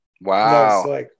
Wow